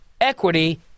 equity